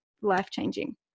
life-changing